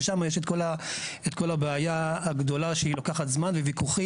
ושם יש את כל הבעיה הגדולה שלוקחת זמן וויכוחים.